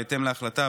בהתאם להחלטה,